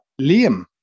liam